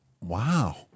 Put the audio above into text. Wow